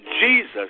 Jesus